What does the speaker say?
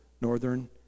northern